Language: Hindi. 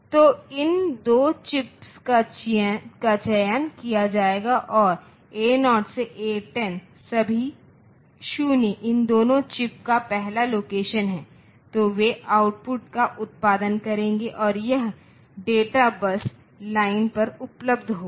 तो इन दो चिप्स का चयन किया जाएगा और A 0 से A 10 सभी 0 इन दोनों चिप्स का पहला लोकेशन है तो वे आउटपुट का उत्पादन करेंगे और यह डेटा बस लाइन पर उपलब्ध होगा